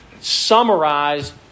summarize